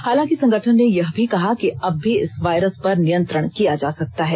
हालांकि संगठन ने यह भी कहा कि अब भी इस वायरस पर नियंत्रण किया जा सकता है